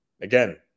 again